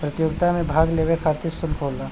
प्रतियोगिता मे भाग लेवे खतिर सुल्क होला